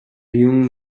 young